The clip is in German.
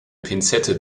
pinzette